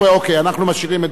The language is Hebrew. אנחנו משאירים את דור א',